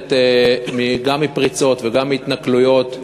סובלת גם מפריצות וגם מהתנכלויות,